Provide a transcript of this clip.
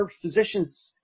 physicians